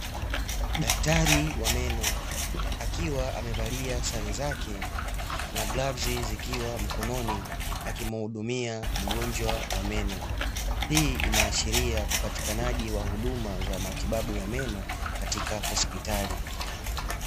Daktari wa meno akiwa amevalia sare zake na glavusi zikiwa mkononi akimuhudumia mgonjwa wa meno. Hii inaashiria upatikanaji wa huduma za matibabu ya meno katika hospitali.